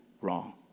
wrong